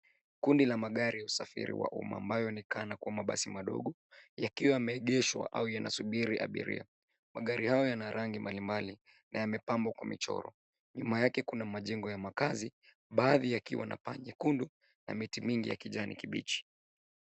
Kundi ya magari ya usafiri wa umma ambayo kana kwamba mbasi madogo yakiwa yameegeshwa au yanasubiri abiria magari hayo yanarangi mbalimbali na yamepambwa kwa michoro nyuma yake kuna majengo ya makaazi baadhi yakiwa na paa jekundu na miti mingi ya kijani kibichi.